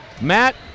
Matt